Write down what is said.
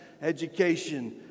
education